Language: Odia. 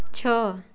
ଛଅ